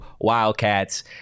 Wildcats